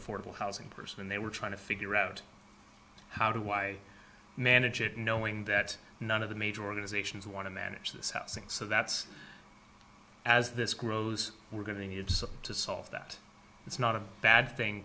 ffordable housing person and they were trying to figure out how do i manage it knowing that none of the major organizations want to manage this housing so that's as this grows we're going to need to solve that it's not a bad thing